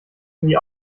sie